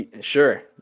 Sure